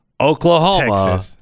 oklahoma